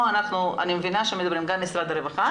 אני מבינה שמדברים גם עם משרד הרווחה